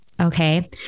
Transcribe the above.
Okay